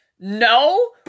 No